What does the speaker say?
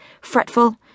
fretful